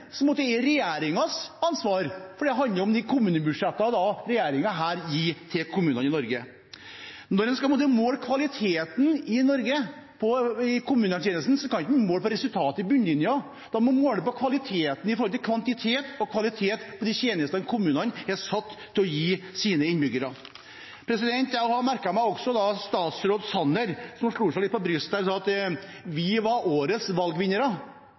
ansvar, for det handler om de kommunebudsjettene som denne regjeringen gir til kommunene i Norge. Når man skal måle kvaliteten i kommunetjenestene i Norge, kan man ikke måle resultatet ut fra bunnlinja. Da må man måle kvaliteten i forhold til kvantitet og kvalitet på de tjenestene som kommunen er satt til å gi sine innbyggere. Jeg merket meg også at statsråd Sanner slo seg litt på brystet og sa: Vi er årets valgvinnere.